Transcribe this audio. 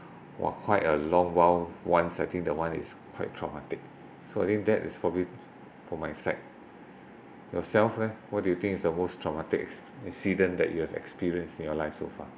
!wah! quite a long while once I think that one is quite traumatic so I think that is probably for my side yourself leh what do you think is the worst traumatic incident that you have experience in your life so far